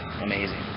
amazing